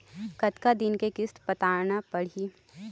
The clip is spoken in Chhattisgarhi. कतका दिन के किस्त पटाना पड़ही?